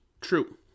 True